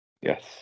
Yes